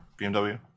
BMW